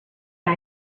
die